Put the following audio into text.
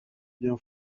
bien